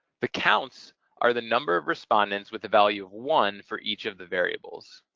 the counts are the number of respondents with the value of one for each of the variables.